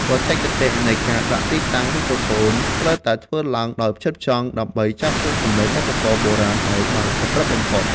បច្ចេកទេសនៃការដាក់ទីតាំងមីក្រូហ្វូន ត្រូវតែធ្វើឡើងដោយផ្ចិតផ្ចង់ ដើម្បីចាប់យកសំឡេងឧបករណ៍បុរាណឱ្យបានសុក្រឹតបំផុត។